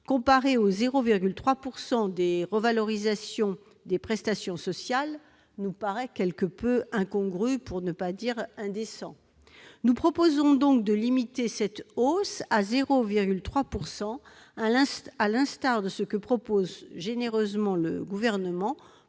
comparé au taux de 0,3 % de revalorisation des prestations sociales, nous paraît quelque peu incongru, pour ne pas dire indécent. Nous proposons donc de limiter cette hausse à 0,3 % à l'instar de ce que prévoit généreusement le Gouvernement